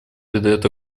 придает